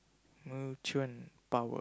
mutant power